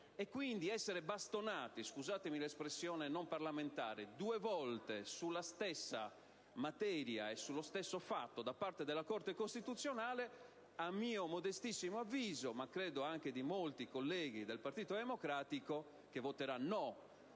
Quindi, essere bastonati - scusatemi l'espressione non parlamentare - due volte sulla stessa materia e sullo stesso fatto da parte della Corte costituzionale a mio modestissimo avviso, ma credo anche di molti colleghi del Partito Democratico che voterà no